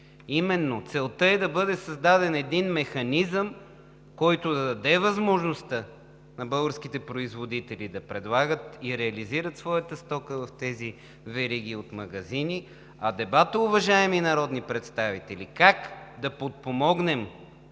Именно, целта е да бъде създаден един механизъм, който да даде възможността на българските производители да предлагат и реализират своята стока в тези вериги от магазини, а дебатът, уважаеми народни представители, как да подпомогнем